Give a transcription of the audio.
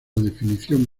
definición